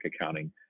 accounting